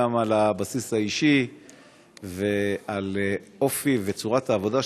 על הבסיס האישי ומאופי וצורת העבודה.